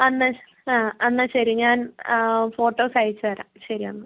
എന്നാൽ ആ എന്നാൽ ശരി ഞാൻ ഫോട്ടോസ് അയച്ച് തരാം ശരിയെന്നാൽ